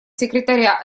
секретаря